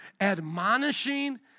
admonishing